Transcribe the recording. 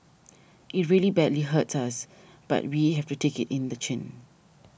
it really badly hurts us but we have to take it in the chin